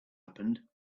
happened